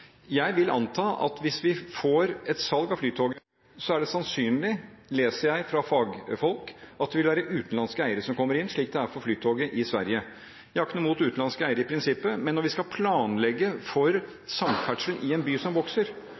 jeg vil anta at hvis vi får et salg av Flytoget, er det sannsynlig, leser jeg fra fagfolk, at det vil være utenlandske eiere som kommer inn, slik det er for Flytoget i Sverige. Jeg har ikke noe imot utenlandske eiere i prinsippet, men når vi skal planlegge for samferdsel i en by som vokser,